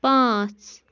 پانٛژھ